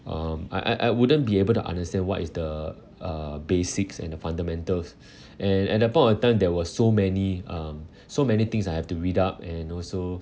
um I I I wouldn't be able to understand what is the uh basics and the fundamentals and at that point of time there were so many um so many things I have to read up and also